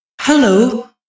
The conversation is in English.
Hello